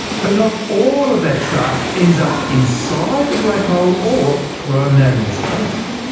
but not all of that star ends up inside the black hole, or thrown out into space.